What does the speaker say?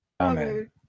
amen